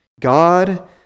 God